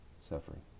suffering